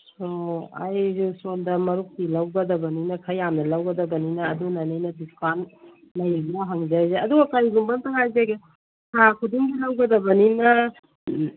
ꯑꯣ ꯑꯩꯁꯦ ꯁꯣꯟꯗ ꯃꯔꯨꯞꯀꯤ ꯂꯧꯒꯗꯕꯅꯤꯅ ꯈꯔ ꯌꯥꯝꯅ ꯂꯧꯒꯗꯕꯅꯤꯅ ꯑꯗꯨꯅꯅꯤ ꯑꯩꯅ ꯗꯤꯁꯀꯥꯎꯟ ꯂꯩꯕ꯭ꯔꯥ ꯍꯪꯖꯔꯤꯁꯦ ꯑꯗꯨꯒ ꯀꯔꯤꯒꯨꯝꯕ ꯑꯃꯇ ꯍꯥꯏꯖꯒꯦ ꯊꯥ ꯈꯨꯗꯤꯡꯒꯤ ꯂꯧꯒꯗꯕꯅꯤꯅ